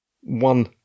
One